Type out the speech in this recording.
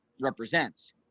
represents